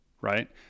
right